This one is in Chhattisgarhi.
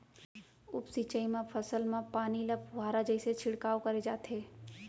उप सिंचई म फसल म पानी ल फुहारा जइसे छिड़काव करे जाथे